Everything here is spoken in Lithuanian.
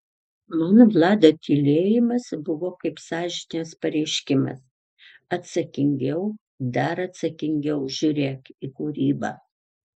man vlado tylėjimas buvo kaip sąžinės pareiškimas atsakingiau dar atsakingiau žiūrėk į kūrybą